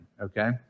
okay